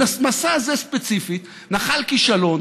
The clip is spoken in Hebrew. המסע הזה ספציפית נחל כישלון.